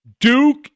Duke